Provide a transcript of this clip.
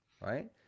right